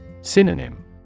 Synonym